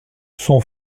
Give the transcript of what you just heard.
son